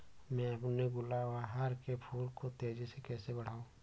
मैं अपने गुलवहार के फूल को तेजी से कैसे बढाऊं?